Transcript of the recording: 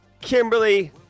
Kimberly